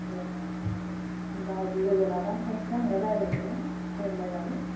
दे होमब्ला लोगो लानानै थांसै आङो रायज्लायहैनो टाइम नायनानै